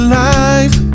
life